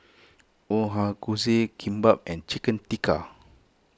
Ochazuke Kimbap and Chicken Tikka